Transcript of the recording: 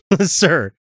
sir